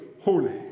holy